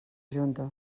junta